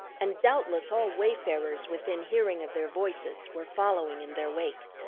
and doubtless all wayfarers within hearing of their voices were following in their wake.